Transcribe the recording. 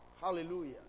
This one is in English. Hallelujah